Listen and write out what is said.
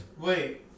Wait